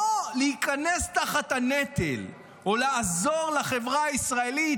להיכנס תחת הנטל או לעזור לחברה הישראלית.